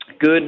Good